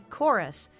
Chorus